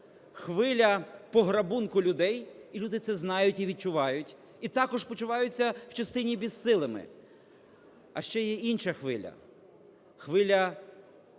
хвиля пограбунку людей, і люди це знають і відчувають, і також почуваються в частині безсилими. А ще є інша хвиля – хвиля блюзнірства,